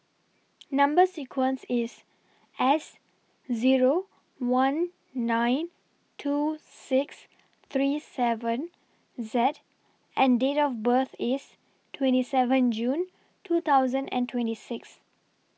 Number sequence IS S Zero one nine two six three seven Z and Date of birth IS twenty seven June two thousand and twenty six